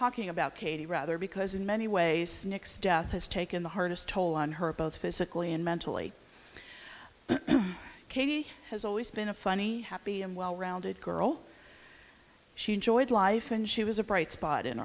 talking about katie rather because in many ways nick's death has taken the hardest toll on her both physically and mentally and katie has always been a funny happy and well rounded girl she enjoyed life and she was a bright spot in